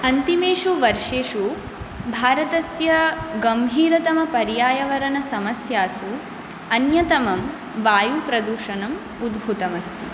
अन्तिमेषु वर्षेषु भारतस्य गम्भीरतमपर्यायवरणसमस्यासु अन्यतमं वायुप्रदूषणं उद्भूतमस्ति